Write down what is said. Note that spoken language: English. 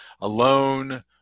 Alone